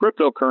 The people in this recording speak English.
cryptocurrency